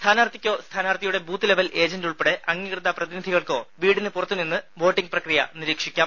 സ്ഥാനാർഥിക്കോ സ്ഥാനാർത്ഥിയുടെ booth level agent ഉൾപ്പെടെ അംഗീകൃത പ്രതിനിധികൾക്കോ വീടിന് പുറത്തുനിന്ന് വോട്ടിംഗ് പ്രക്രിയ നിരിക്ഷിക്കാം